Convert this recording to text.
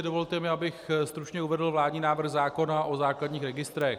Dovolte mi, abych stručně uvedl vládní návrh zákona o základních registrech.